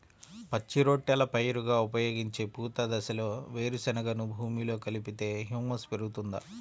పచ్చి రొట్టెల పైరుగా ఉపయోగించే పూత దశలో వేరుశెనగను భూమిలో కలిపితే హ్యూమస్ పెరుగుతుందా?